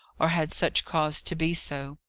or had such cause to be so.